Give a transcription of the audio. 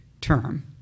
term